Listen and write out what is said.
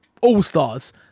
All-Stars